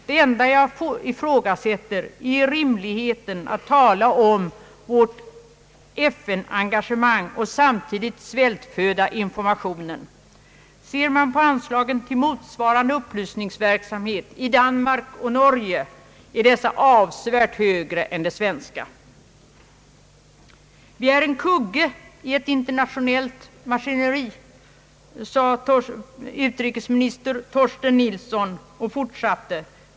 Det enda jag ifrågasätter är rimligheten att tala om vårt FN-engagemang och samtidigt svältföda informationen. Ser man på anslagen till motsvarande upplysningsverksamhet i Danmark och Norge finner man att dessa är avsevärt högre än de svenska. »Vi är en kugge i ett internationellt maskineri», har utrikesminister Torsten Nilsson sagt.